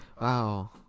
Wow